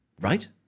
Right